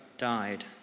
Died